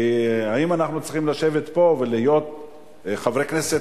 האם אנחנו צריכים לשבת פה ולהיות חברי כנסת